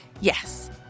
Yes